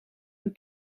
een